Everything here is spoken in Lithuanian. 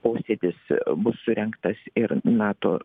posėdis bus surengtas ir nato